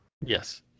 Yes